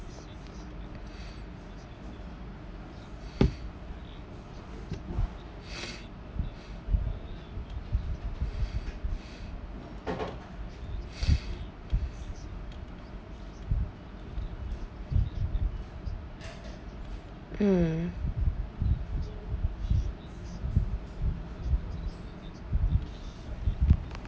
mm